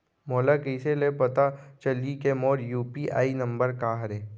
मोला कइसे ले पता चलही के मोर यू.पी.आई नंबर का हरे?